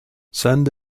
send